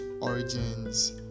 origins